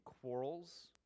quarrels